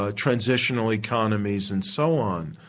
ah transitional economies and so on.